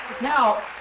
Now